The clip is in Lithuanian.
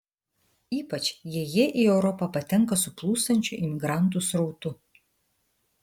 ypač jei jie į europą patenka su plūstančiu imigrantų srautu